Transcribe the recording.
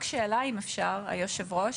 אני מבקשת רק לשאול, היושב-ראש